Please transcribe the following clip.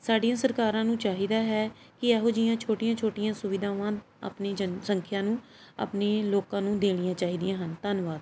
ਸਾਡੀਆਂ ਸਰਕਾਰਾਂ ਨੂੰ ਚਾਹੀਦਾ ਹੈ ਕਿ ਇਹੋ ਜਿਹੀਆਂ ਛੋਟੀਆਂ ਛੋਟੀਆਂ ਸੁਵਿਧਾਵਾਂ ਆਪਣੀ ਜਨਸੰਖਿਆ ਨੂੰ ਆਪਣੇ ਲੋਕਾਂ ਨੂੰ ਦੇਣੀਆਂ ਚਾਹੀਦੀਆਂ ਹਨ ਧੰਨਵਾਦ